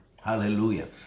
Hallelujah